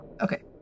Okay